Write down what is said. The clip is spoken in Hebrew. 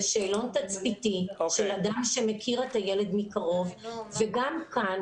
זה שאלון תצפיתי של אדם שמכיר את הילד מקרוב וגם כאן